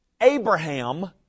Abraham